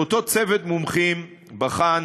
אותו צוות מומחים בחן